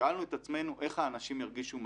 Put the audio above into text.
שאלנו את עצמנו איך האנשים ירגישו מהר,